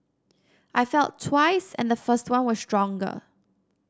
I felt twice and the first one was stronger